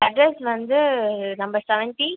address வந்து number seventy